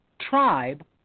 tribe